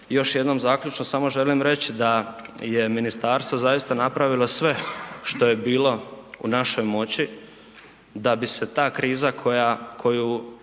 Još jednom zaključno, samo želim reći da je ministarstvo zaista napravilo sve što je bilo u našoj moći da bi se ta kriza za koju